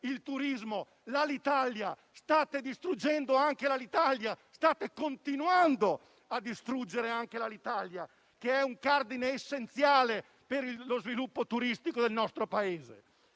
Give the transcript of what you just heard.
il turismo e state distruggendo anche l'Alitalia. State continuando a distruggere anche l'Alitalia, che è un cardine essenziale per lo sviluppo turistico del nostro Paese.